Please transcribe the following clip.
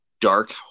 Dark